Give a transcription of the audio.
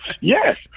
Yes